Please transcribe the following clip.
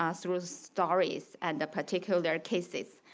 ah through stories and the particular cases.